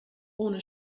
ohne